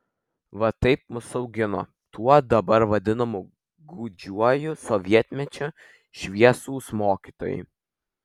va taip mus augino tuo dabar vadinamu gūdžiuoju sovietmečiu šviesūs mokytojai